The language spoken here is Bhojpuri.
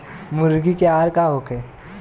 मुर्गी के आहार का होखे?